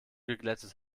geglättet